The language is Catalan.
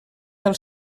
del